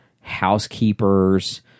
housekeepers